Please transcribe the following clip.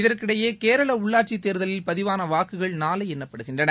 இதற்கிடையே கேரள உள்ளாட்சித் தேர்தலில் பதிவான வாக்குகள் நாளை எண்ணப்படுகின்றன